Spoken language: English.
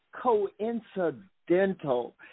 coincidental